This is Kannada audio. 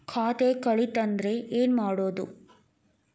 ಖಾತೆ ಕಳಿತ ಅಂದ್ರೆ ಏನು ಮಾಡೋದು?